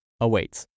awaits